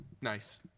Nice